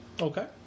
Okay